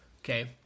okay